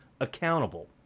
accountable